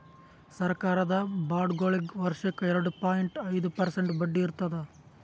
ಸರಕಾರದ ಬಾಂಡ್ಗೊಳಿಗ್ ವರ್ಷಕ್ಕ್ ಎರಡ ಪಾಯಿಂಟ್ ಐದ್ ಪರ್ಸೆಂಟ್ ಬಡ್ಡಿ ಇರ್ತದ್